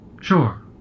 Sure